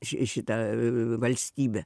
ši šita valstybė